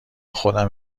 خودم